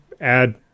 add